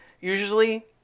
usually